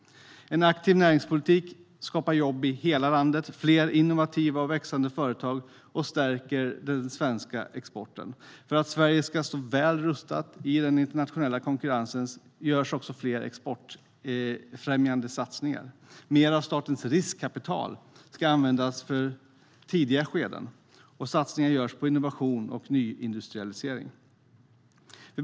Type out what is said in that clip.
En aktiv näringspolitik skapar jobb i hela landet, ger fler innovativa och växande företag och stärker den svenska exporten. För att Sverige ska stå väl rustat i den internationella konkurrensen görs flera exportfrämjande satsningar. Mer av statens riskkapital ska användas i företags tidiga utvecklingsskeden, och satsningar görs på innovation och nyindustrialisering.